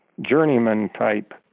journeyman-type